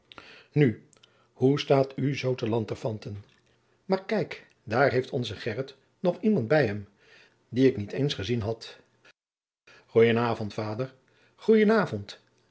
nu hoe staôt oe zoo te lanterfanten maôr kijk daôr heit onze gheryt nog iemand bij hum dien ik niet eens ezien had gen avond vader gen avond